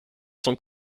son